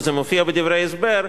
וזה מופיע בדברי ההסבר,